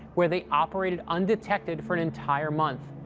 where they operated undetected for an entire month.